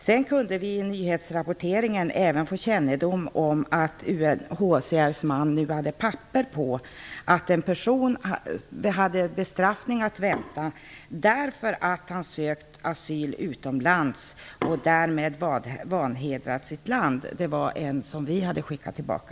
Vidare fick vi genom nyhetsrapporteringen även kännedom om att UNHCR:s man nu hade papper på att en person hade bestraffning att vänta därför att han ansökt om asyl utomlands och därmed vanhedrat sitt land. Det handlade om en person som vi i Sverige hade sänt tillbaka.